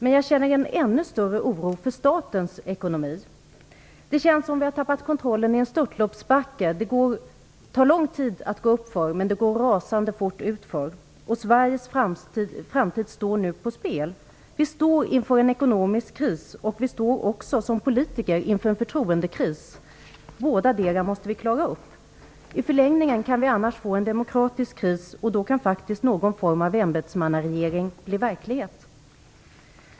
Men jag känner en ännu större oro för statens ekonomi. Det känns som om vi har tappat kontrollen i en störtloppsbacke. Det tar lång tid att gå uppför, men det går rasande fort utför. Sveriges framtid står nu på spel. Vi står inför en ekonomisk kris. Vi står också som politiker inför en förtroendekris. Bådadera måste vi klara upp. I förlängningen kan vi annars få en demokratisk kris, och då kan faktiskt någon form av ämbetsmannaregering bli verklighet.